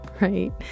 right